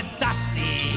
dusty